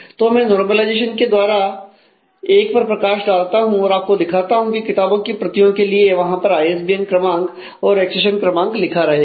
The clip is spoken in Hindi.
तो मैं नॉर्मलाईजेशन के द्वारा एक पर प्रकाश डालता हूं और आपको दिखाता हूं किताबों की प्रतियों के लिए वहां पर आईएसबीएन क्रमांक और एक्सेशन क्रमांक लिखा रहेगा